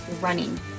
running